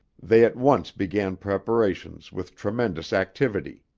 they at once began preparations with tremendous activity.